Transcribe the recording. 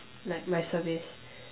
like my service